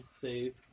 save